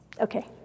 Okay